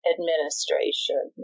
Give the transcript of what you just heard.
Administration